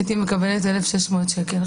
הייתי מקבלת 1,600 שקלים,